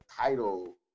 title